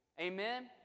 Amen